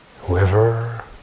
Whoever